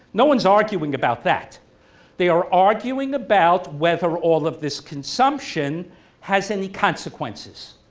no one's arguing about that they are arguing about whether all of this consumption has any consequences.